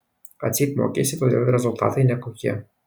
atseit mokeisi todėl rezultatai nekokie